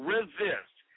Resist